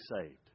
saved